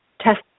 test